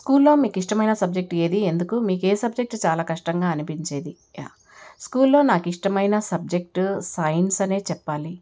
స్కూల్లో మీకు ఇష్టమైన సబ్జెక్ట్ ఏది ఎందుకు మీకు ఏ సబ్జెక్ట్ చాలా కష్టంగా అనిపించేది యా స్కూల్లో నాకు ఇష్టమైన సబ్జెక్ట్ సైన్స్ అనే చెప్పాలి